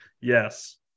Yes